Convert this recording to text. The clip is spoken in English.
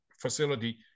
facility